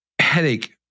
headache